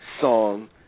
song